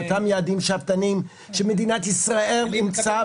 אותם יעדים שאפתניים שמדינת ישראל אימצה,